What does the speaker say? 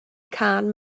cân